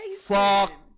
fuck